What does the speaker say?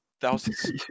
thousands